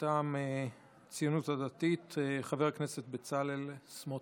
מטעם הציונות הדתית חבר הכנסת בצלאל סמוטריץ',